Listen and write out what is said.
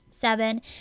Seven